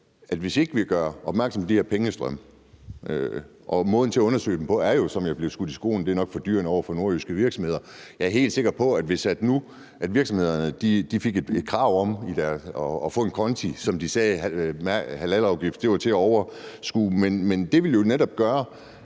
jo, hvis ikke vi gør opmærksom på de her pengestrømme. Måden at undersøge dem på er jo, som jeg er blevet fortalt, nok fordyrende over for nordjyske virksomheder. Jeg er helt sikker på, at hvis virksomhederne fik et krav om, at de skulle have en konto, så halalafgiften var til at overskue, ville det jo netop gøre,